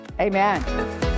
amen